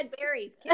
berries